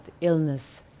illness